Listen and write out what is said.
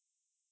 mmhmm